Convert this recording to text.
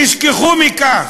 תשכחו מכך,